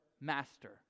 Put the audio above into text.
master